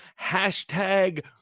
Hashtag